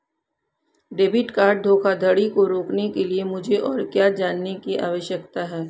Debit card धोखाधड़ी को रोकने के लिए मुझे और क्या जानने की आवश्यकता है?